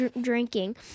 drinking